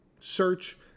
Search